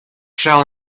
shall